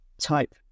type